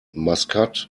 maskat